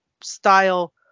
style